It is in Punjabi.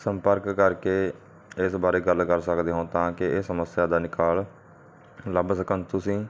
ਸੰਪਰਕ ਕਰਕੇ ਇਸ ਬਾਰੇ ਗੱਲ ਕਰ ਸਕਦੇ ਹੋ ਤਾਂ ਕਿ ਇਹ ਸਮੱਸਿਆ ਦਾ ਨਿਕਾਲ ਲੱਭ ਸਕਨ ਤੁਸੀਂ